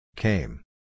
Came